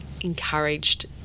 encouraged